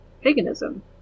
paganism